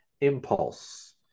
impulse